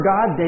God